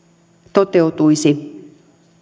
toteutuisi